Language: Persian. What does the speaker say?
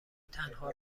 تنها